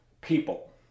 people